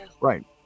right